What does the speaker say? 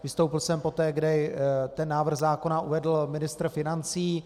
Vystoupil jsem poté, kdy návrh zákona uvedl ministr financí.